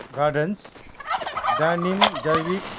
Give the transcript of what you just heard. gardens डाइनिम जैविक